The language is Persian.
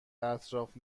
اطراف